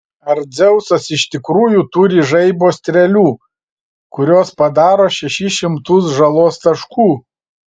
ar dzeusas iš tikrųjų turi žaibo strėlių kurios padaro šešis šimtus žalos taškų